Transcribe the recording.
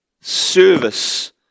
Service